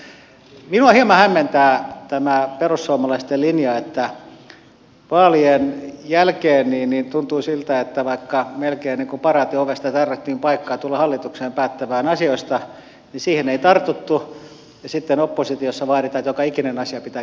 minua hieman hämmentää tämä perussuomalaisten linja että vaalien jälkeen tuntui siltä että vaikka melkein niin kuin paraatiovesta tarjottiin paikkaa tulla hallitukseen päättämään asioista niin siihen ei tartuttu ja sitten oppositiossa vaaditaan että joka ikinen asia pitää käsitellä parlamentaarisesti